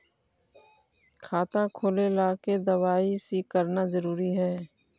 खाता खोले ला के दवाई सी करना जरूरी है?